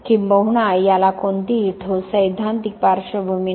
किंबहुना याला कोणतीही ठोस सैद्धांतिक पार्श्वभूमी नाही